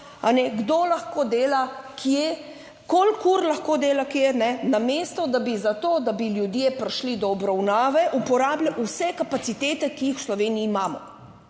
kdo lahko dela, kje, koliko ur lahko dela kej, kajne, namesto, da bi za to, da bi ljudje prišli do obravnave, uporabili vse kapacitete, ki jih v Sloveniji imamo,